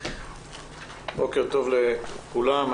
בוקר טוב לכולם,